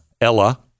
Ella